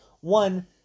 One